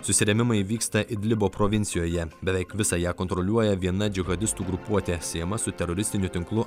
susirėmimai vyksta idlibo provincijoje beveik visą ją kontroliuoja viena džihadistų grupuotė siejama su teroristiniu tinklu